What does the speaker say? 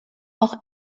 auch